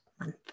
month